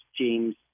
James